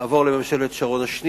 ממשלת שרון הראשונה,